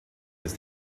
ist